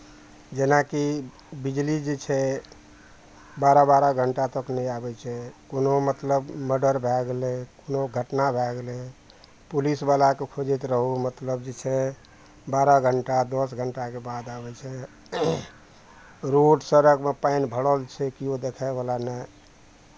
जेनाकि बिजली जे छै बारह बारह घण्टा तक नहि आबै छै कोनो मतलब मर्डर भए गेलै कोनो घटना भए गेलै पुलिसवलाकेँ खोजैत रहू मतलब जे छै बारह घण्टा दस घण्टाके बाद आबै छै रोड सड़कमे पानि भरल छै किओ देखयवला नहि